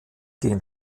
gehen